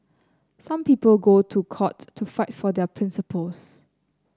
some people go to court to fight for their principles